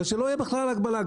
אז שלא יהיה בכלל הגבלה.